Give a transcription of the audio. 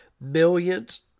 millions